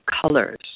colors